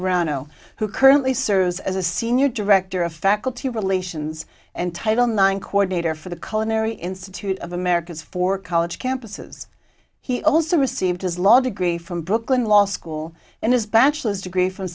rano who currently serves as a senior director of faculty relations and title nine coordinator for the colored mary institute of americans for college campuses he also received his law degree from brooklyn law school and his bachelor's degree from